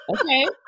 Okay